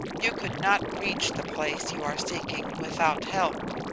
you could not reach the place you are seeking without help.